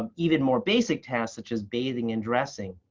um even more basic tasks such as bathing and dressing.